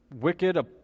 wicked